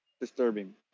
disturbing